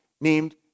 named